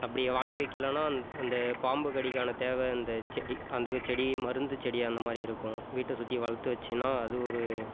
அப்படி வாங்கி வைக்கலன்னா அந்த பாம்பு கடிக்கான தேவை அந்த செடி அந்த செடி மருந்து செடி அந்த மாதிரி இருக்கும் வீட்டை சுற்றி வளர்த்து வைச்சின்னா அது ஒரு